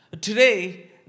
Today